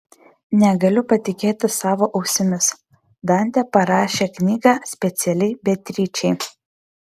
negaliu patikėti savo ausimis dantė parašė knygą specialiai beatričei